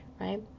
right